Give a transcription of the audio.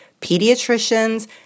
pediatricians